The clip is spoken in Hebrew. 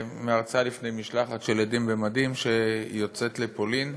מהרצאה לפני משלחת של "עדים במדים" שיוצאת לפולין,